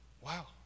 Wow